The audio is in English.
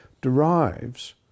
derives